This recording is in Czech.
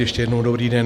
Ještě jednou dobrý den.